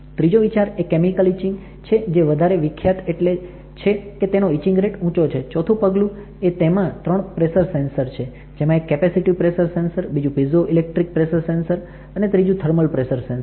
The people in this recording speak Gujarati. ત્રીજો વિચાર એ કેમિકલ ઇચિંગ છે જે વધારે વિખ્યાત એટલે છે કે તેનો ઇચિંગ રેટ ઉંચો છે ચોથું પગલું એ તેમાં ત્રણ પ્રેસર સેન્સર્સ છે જેમાં એક કેપેસિટિવ પ્રેસર સેન્સર બીજું પીઝોઇલેક્ટ્રિક પ્રેસર સેન્સર અને ત્રીજું થર્મલ પ્રેસર સેન્સર છે